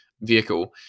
vehicle